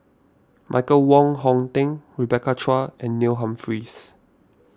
Michael Wong Hong Teng Rebecca Chua and Neil Humphreys